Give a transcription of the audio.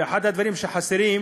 ואחד הדברים שחסרים,